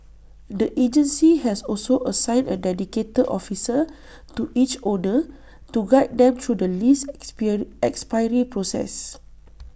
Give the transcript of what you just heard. the agency has also assigned A dedicated officer to each owner to guide them through the lease expiry process